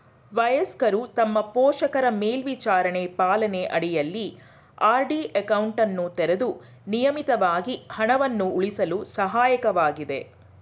ವಯಸ್ಕರು ತಮ್ಮ ಪೋಷಕರ ಮೇಲ್ವಿಚಾರಣೆ ಪಾಲನೆ ಅಡಿಯಲ್ಲಿ ಆರ್.ಡಿ ಅಕೌಂಟನ್ನು ತೆರೆದು ನಿಯಮಿತವಾಗಿ ಹಣವನ್ನು ಉಳಿಸಲು ಸಹಾಯಕವಾಗಿದೆ